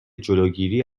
جلوگیری